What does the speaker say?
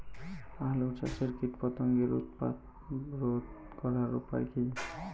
আলু চাষের কীটপতঙ্গের উৎপাত রোধ করার উপায় কী?